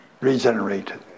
Regenerated